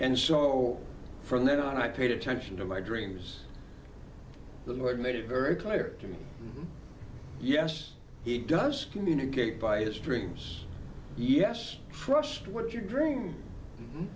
and so from then on i paid attention to my dreams the lord made it very clear to me yes he does communicate by his dreams yes frost what is your dream